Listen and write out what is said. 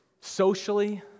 socially